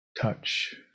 touch